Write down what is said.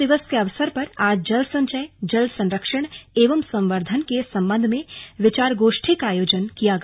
जल दिवस के अवसर पर आज जल संचय जल संरक्षण एवं संवर्धन के सम्बन्ध में विचार गोष्ठी का आयोजन किया गया